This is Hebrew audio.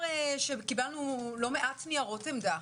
קיבלנו לא מעט נירות עמדה,